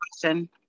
question